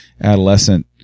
adolescent